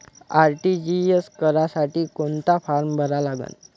RTGS करासाठी कोंता form भरा लागन?